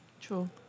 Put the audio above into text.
True